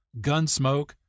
Gunsmoke